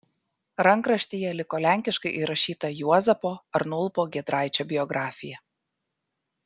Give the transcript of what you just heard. rankraštyje liko lenkiškai rašyta juozapo arnulpo giedraičio biografija